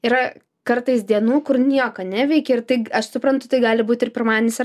yra kartais dienų kur nieko neveiki ir tai aš suprantu tai gali būt ir pirmadienis ir